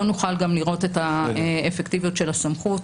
לא נוכל לראות את האפקטיביות של הסמכות